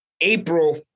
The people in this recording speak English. April